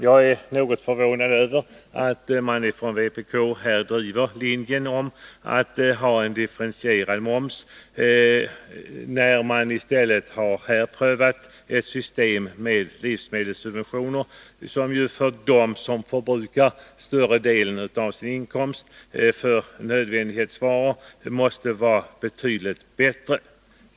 Jag är något förvånad över att man från vpk driver linjen att vi skall ha en differentierad moms, när det i stället har prövats ett system med livsmedelssubventioner, som ju för dem som förbrukar större delen av sin inkomst på nödvändighetsvaror måste vara betydligt bättre.